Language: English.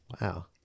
Wow